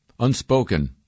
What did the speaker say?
Unspoken